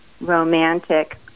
romantic